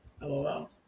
Lol